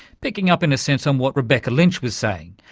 picking up in a sense on what rebecca lynch was saying.